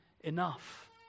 enough